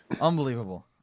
Unbelievable